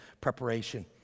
preparation